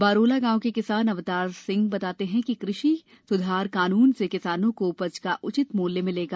बरोला गांव के किसान अवतार सिंह बताते हैं कि कृषि सुधार कानून से किसानों को उपज का उचित मूल्य मिलेगा